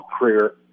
career